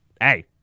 hey